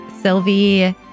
Sylvie